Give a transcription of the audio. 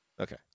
Okay